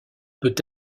peut